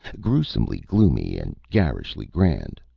grewsomely gloomy and garishly grand.